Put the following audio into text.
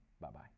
Bye-bye